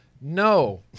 no